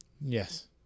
Yes